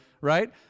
right